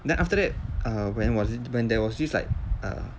then after that err when was when there was this like err